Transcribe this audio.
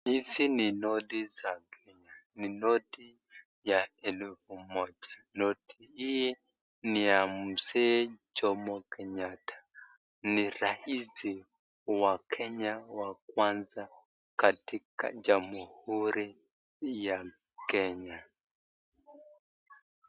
Hizi ni noti za Kenya. Ni noti ya elfu moja. Noti hii ni ya Mzee Jomo Kenyatta. Ni raisi wa Kenya wakwanza katika jamuhuri ya Kenya.